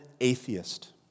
atheist